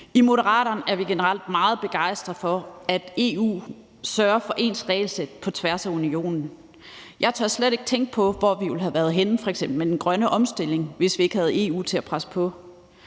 I Moderaterne er vi generelt meget begejstret for, at EU sørger for ens regelsæt på tværs af Unionen. Jeg tør slet ikke tænke på, hvor vi ville have været henne med f.eks. den grønne omstilling, hvis vi ikke havde EU til at presse på.